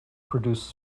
produced